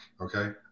okay